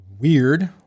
weird